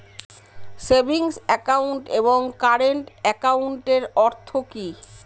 Savings account এবং current একাউন্টের অর্থ কি?